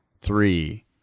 three